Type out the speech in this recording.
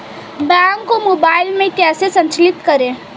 Bank को mobile में कैसे संचालित करें?